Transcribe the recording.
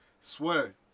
swear